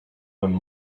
own